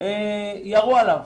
ירו עליו.